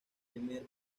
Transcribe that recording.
primer